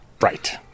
Right